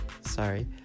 sorry